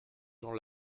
gens